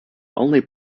only